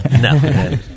No